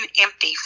empty